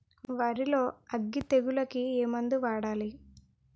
వరిలో అగ్గి తెగులకి ఏ మందు వాడాలి?